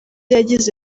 yagize